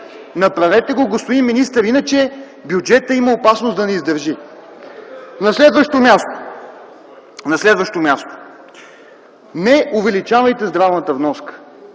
Направете го, господин министър. Иначе има опасност бюджетът да не издържи. На следващо място – не увеличавайте здравната вноска.